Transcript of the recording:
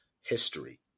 history